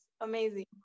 amazing